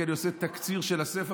כי אני עושה תקציר של הספר.